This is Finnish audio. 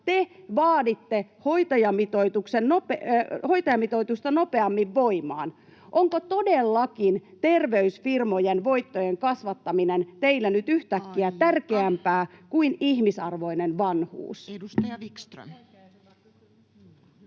te vaaditte hoitajamitoitusta nopeammin voimaan? Onko todellakin terveysfirmojen voittojen kasvattaminen teille nyt [Puhemies: Aika!] yhtäkkiä tärkeämpää kuin ihmisarvoinen vanhuus?